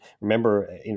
remember